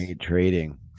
trading